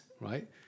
right